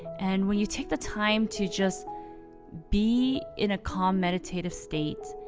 and when you take the time to just be in a calm, meditative state,